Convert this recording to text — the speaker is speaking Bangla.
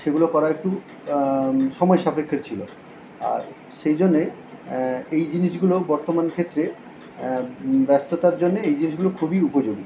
সেগুলো করা একটু সময়সাপেক্ষ ছিল আর সেই জন্যে এই জিনিসগুলো বর্তমান ক্ষেত্রে ব্যস্ততার জন্যে এই জিনিসগুলো খুবই উপযোগী